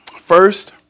First